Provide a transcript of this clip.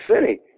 City